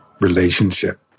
relationship